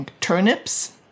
turnips